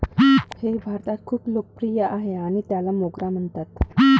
हे भारतात खूप लोकप्रिय आहे आणि त्याला मोगरा म्हणतात